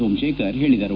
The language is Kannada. ಸೋಮಶೇಖರ್ ಹೇಳಿದರು